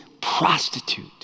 prostitute